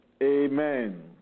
Amen